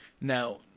Now